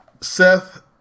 Seth